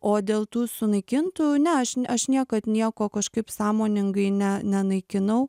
o dėl tų sunaikintų ne aš aš niekad nieko kažkaip sąmoningai ne nenaikinau